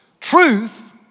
Truth